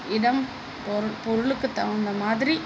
இடம் பொருள் பொருளுக்குத் தகுந்த மாதிரி